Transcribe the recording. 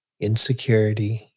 insecurity